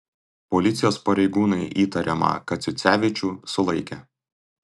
policijos pareigūnai įtariamą kaciucevičių sulaikė